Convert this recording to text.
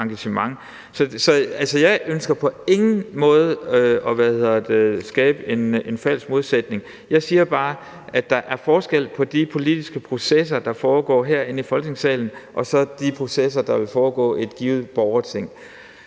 Jeg ønsker på ingen måde at skabe en falsk modsætning. Jeg siger bare, at der er forskel på de politiske processer, der foregår herinde i Folketingssalen, og så de processer, der vil foregå i et givet borgerting.